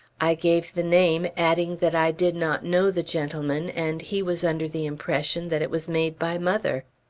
i gave the name, adding that i did not know the gentleman, and he was under the impression that it was made by mother.